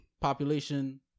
Population